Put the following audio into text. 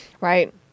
Right